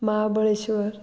Mahabaleshwar